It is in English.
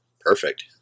Perfect